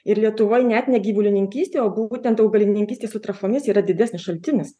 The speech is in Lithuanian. ir lietuvoj net ne gyvulininkystė o būtent augalininkystė su trąšomis yra didesnis šaltinis